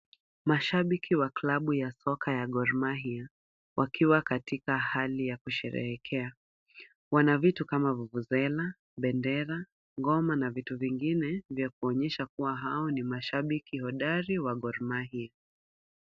Mashabiki wa klabu ya Gormahia, wakiwa katika hali ya kusherehekea, wana vitu kama vuvuzela, bendera, ngoma na vitu vingine vya kuonyesha kuwa hao ni mashabiki hodari wa Gormahia.